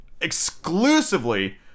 exclusively